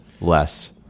less